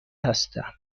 هستم